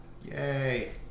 Yay